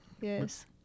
Yes